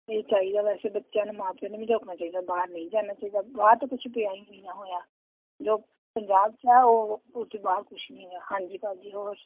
ਇਹ ਚਾਹੀਦਾ ਵੈਸੇ ਬੱਚਿਆਂ ਨੂੰ ਮਾਂ ਪਿਓ ਨੂੰ ਵੀ ਰੋਕਣਾ ਚਾਹੀਦਾ ਬਾਹਰ ਨਹੀਂ ਜਾਣਾ ਚਾਹੀਦਾ ਬਾਹਰ ਤਾਂ ਕੁਛ ਪਿਆ ਹੀ ਨਹੀਂ ਨਾ ਹੋਇਆ ਜੋ ਪੰਜਾਬ 'ਚ ਆ ਉਹ ਉੱਥੇ ਬਾਹਰ ਕੁਛ ਨਹੀਂ ਹੈ ਹਾਂਜੀ ਭਾਅ ਜੀ ਹੋਰ